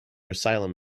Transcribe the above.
asylum